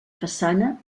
façana